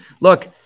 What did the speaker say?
Look